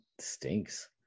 stinks